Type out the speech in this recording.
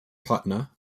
patna